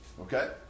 Okay